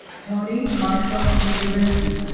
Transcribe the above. toni marshall dubrovensky